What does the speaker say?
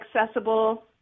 accessible